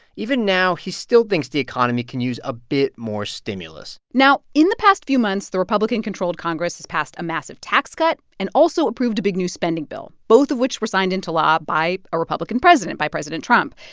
even now, he still thinks the economy can use a bit more stimulus now, in the past few months, the republican-controlled congress has passed a massive tax cut and also approved a big new spending bill, both of which were signed into law by a republican president by president trump.